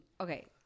Okay